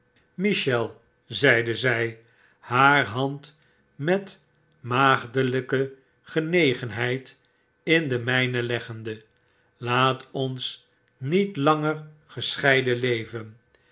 zeide zy haar hand met maagdelyke genegenheid in demflneleggende s laat ons niet langer gescheiden leven